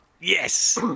Yes